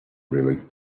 really